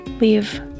Leave